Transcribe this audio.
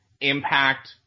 impact